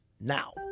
now